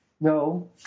no